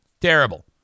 terrible